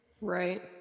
Right